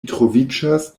troviĝas